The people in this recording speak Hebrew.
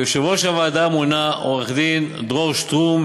ליושב-ראש הוועדה מונה עו"ד דרור שטרום,